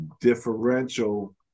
differential